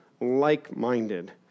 like-minded